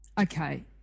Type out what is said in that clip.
Okay